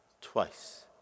twice